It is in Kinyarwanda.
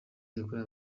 yakorewe